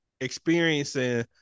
experiencing